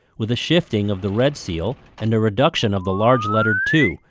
with a shifting of the red seal, and a reduction of the large lettered two,